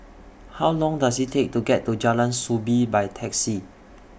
How Long Does IT Take to get to Jalan Soo Bee By Taxi